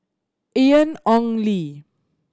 Ian Ong Li